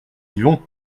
vivons